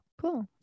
Cool